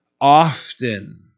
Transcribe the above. often